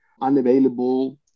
unavailable